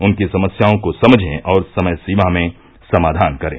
उनकी समस्याओं को समझे और समय सीमा में समाधान करें